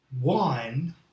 one